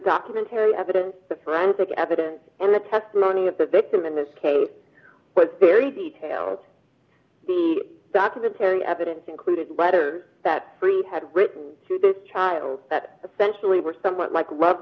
documentary evidence the forensic evidence and the testimony of the victim in this case was very detailed the documentary evidence included letters that three had written to this child that essentially were somewhat like